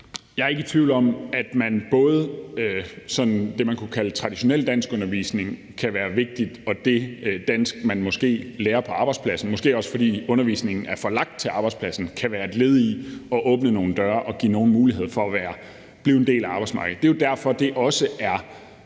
Jeg er ikke i tvivl om, at det, man kunne kalde traditionel danskundervisning, kan være vigtigt, og at det dansk, man lærer på arbejdspladsen, måske også fordi undervisningen er forlagt til arbejdspladsen, kan være et led i at åbne nogle døre og give nogen mulighed for at blive en del af arbejdsmarkedet. Det er jo derfor, at danskundervisning